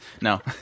No